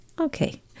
okay